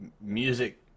music